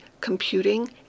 computing